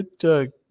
Good